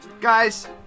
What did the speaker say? guys